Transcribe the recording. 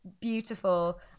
beautiful